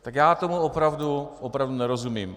Tak já tomu opravdu, opravdu nerozumím.